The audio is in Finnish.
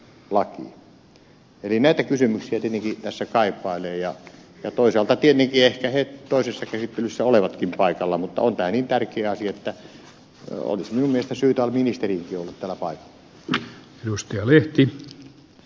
eli vastauksia näihin kysymyksiin tietenkin tässä kaipailee ja toisaalta tietenkin ehkä he toisessa käsittelyssä ovatkin paikalla mutta on tämä niin tärkeä asia että olisi minun mielestä syytä olla ministereidenkin täällä paikalla